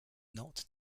not